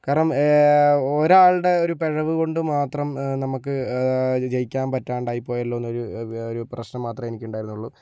കാരണം ഒരാളുടെ ഒരു പിഴവ് കൊണ്ടുമാത്രം നമുക്ക് ജയിക്കാൻ പറ്റാണ്ടായിപ്പോയല്ലോ എന്നൊരു ഒരു പ്രശ്നം മാത്രമേ എനിക്കുണ്ടായിരുന്നുള്ളൂ